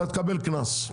תקבל קנס.